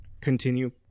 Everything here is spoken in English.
continue